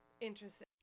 Interesting